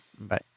Bye